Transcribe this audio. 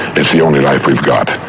it's the only life we've got.